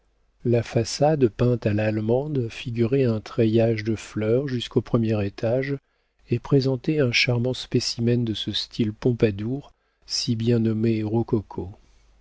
la façade peinte à l'allemande figurait un treillage de fleurs jusqu'au premier étage et présentait un charmant specimen de ce style pompadour si bien nommé